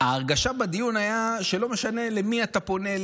ההרגשה בדיון הייתה שלא משנה למי אתה פונה,